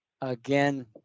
again